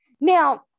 Now